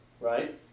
Right